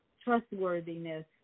trustworthiness